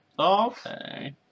Okay